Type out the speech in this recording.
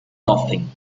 nothing